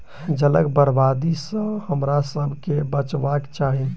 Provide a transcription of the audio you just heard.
जलक बर्बादी सॅ हमरासभ के बचबाक चाही